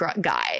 guy